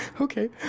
okay